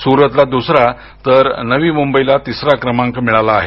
सुरतला दुसरा तर नवी मुंबईला तिसरा क्रमांक मिळाला आहे